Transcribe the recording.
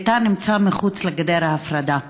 ביתה נמצא מחוץ לגדר ההפרדה,